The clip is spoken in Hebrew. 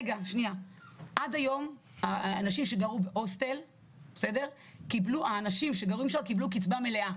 עד היום האנשים שגרו בהוסטל קיבלו קצבה מלאה,